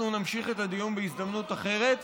נמשיך את הדיון בהזדמנות אחרת.